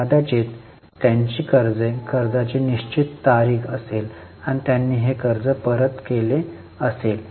कदाचित त्यांची कर्जे कर्जाची निश्चित तारीख असेल आणि त्यांनी हे कर्ज परत केले असेल